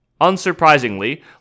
Unsurprisingly